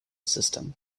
system